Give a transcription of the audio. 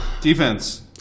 Defense